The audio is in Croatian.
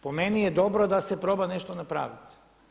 Po meni je dobro da se proba nešto napraviti.